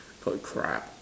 oh crap